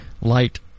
light